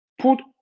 Put